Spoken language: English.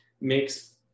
makes